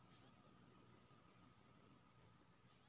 गाड़ी लेबा के लेल कोई कर्ज प्लान छै की?